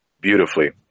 beautifully